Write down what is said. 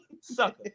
sucker